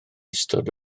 ystod